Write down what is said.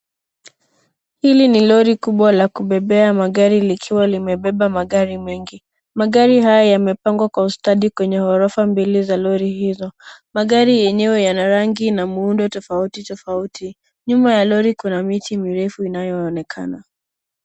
Hili ni lori kubwa la kubebea magari likiwa limebeba magari mengi, magari haya yamepangwa kwa ustadi kwenye ghorofa mbili za lori hio, magari yenyewe yana rangi na muundo tofauti tofauti, nyuma ya lori kuna miti mirefu inayoonekana.